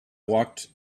walked